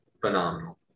phenomenal